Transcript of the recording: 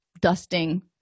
dusting